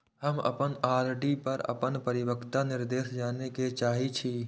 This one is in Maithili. हम अपन आर.डी पर अपन परिपक्वता निर्देश जाने के चाहि छी